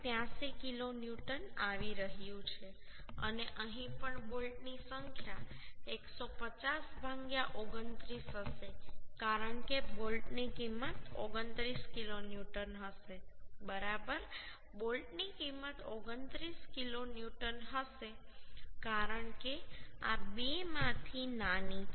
83 kilonewton આવી રહ્યું છે અને અહીં પણ બોલ્ટની સંખ્યા 150 29 હશે કારણ કે બોલ્ટની કિંમત 29 કિલોન્યુટન હશે બરાબર બોલ્ટની કિંમત 29 કિલોન્યુટન હશે કારણ કે આ બેમાંથી નાની છે